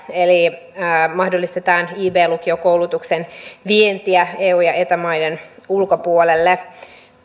eli mahdollistetaan ib lukiokoulutuksen vientiä eu ja eta maiden ulkopuolelle